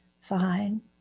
fine